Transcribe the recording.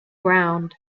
ground